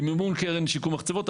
במימון קרן שיקום מחצבות.